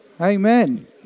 Amen